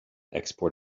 export